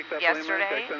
yesterday